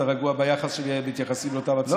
רגוע לגבי היחס שמתייחסים לאותם עצורים.